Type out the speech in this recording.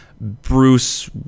Bruce